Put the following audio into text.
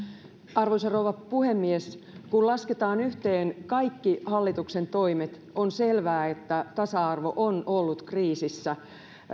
arvoisa rouva puhemies kun lasketaan yhteen kaikki hallituksen toimet on selvää että tasa arvo on ollut kriisissä